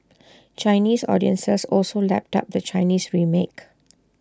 Chinese audiences also lapped up the China remake